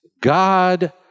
God